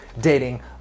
dating